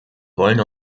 wollen